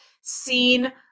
seen